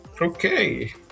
Okay